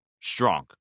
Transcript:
strong